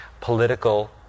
political